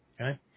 Okay